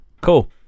Cool